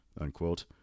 unquote